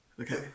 Okay